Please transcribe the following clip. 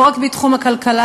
לא רק בתחום הכלכלה,